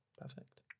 Perfect